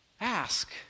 ask